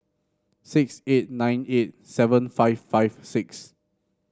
six eight nine eight seven five five six